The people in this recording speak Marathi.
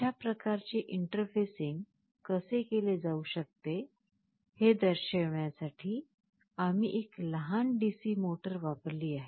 अशा प्रकारचे इंटरफेसिंग कसे केले जाऊ शकते हे दर्शविण्यासाठी आम्ही एक लहान DC मोटर वापरली आहे